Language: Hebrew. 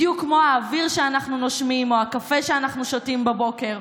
בדיוק כמו האוויר שאנחנו נושמים או הקפה שאנחנו שותים בבוקר.